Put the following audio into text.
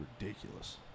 ridiculous